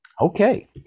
Okay